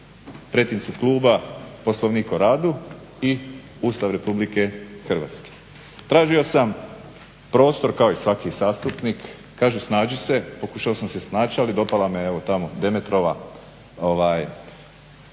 pretincu kluba Poslovnik o radu i Ustav Republike Hrvatske. Tražio sam prostor kao i svaki zastupnik kažu snađi se. Pokušao sam se snaći, ali dopala me evo tamo Demetrova,